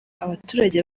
abaturage